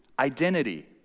Identity